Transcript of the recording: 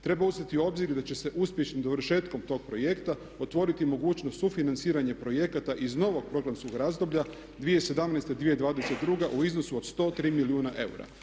Treba uzeti u obzir da će se uspješnim dovršetkom tog projekta otvoriti mogućnost sufinanciranja projekata iz novog programskog razdoblja 2017.-2022. u iznosu od 103 milijuna eura.